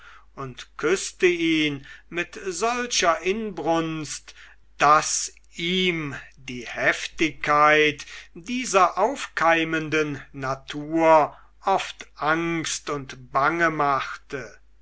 und küßte ihn mit solcher inbrunst daß ihm die heftigkeit dieser aufkeimenden natur oft angst und bange machte